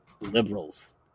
Liberals